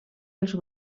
els